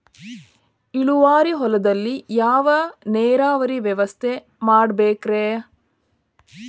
ಇಳುವಾರಿ ಹೊಲದಲ್ಲಿ ಯಾವ ನೇರಾವರಿ ವ್ಯವಸ್ಥೆ ಮಾಡಬೇಕ್ ರೇ?